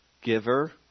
giver